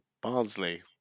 Barnsley